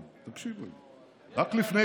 לא יאומן, בדמגוגיה אתה מס' אחת.